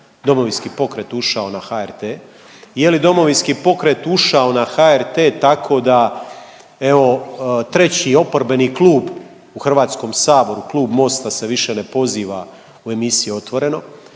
Domovinski pokret ušao na HRT? Je li Domovinski pokret ušao na HRT tako da evo treći oporbeni klub u Hrvatskom saboru, Klub MOST-a se više ne poziva u emisije Otvoreno,